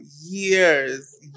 years